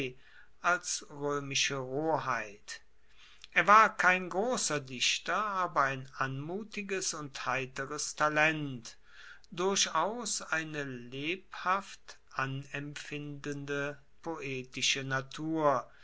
als roemische roheit er war kein grosser dichter aber ein anmutiges und heiteres talent durchaus eine lebhaft anempfindende poetische natur